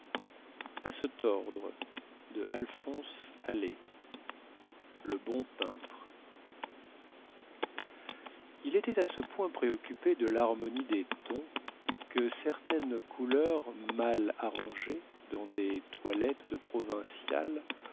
le bon peintre il était à ce point préoccupé de lharmonie des tons que certaines couleurs mal arrangées dans des toilettes de provinciales